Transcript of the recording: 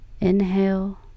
inhale